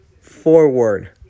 forward